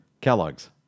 Kellogg's